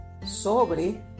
sobre